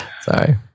Sorry